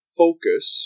focus